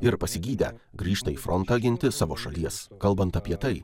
ir pasigydę grįžta į frontą ginti savo šalies kalbant apie tai